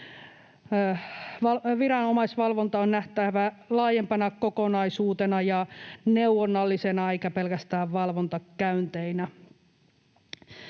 Viranomaisvalvonta on nähtävä laajempana kokonaisuutena ja neuvonnallisena eikä pelkästään valvontakäynteinä.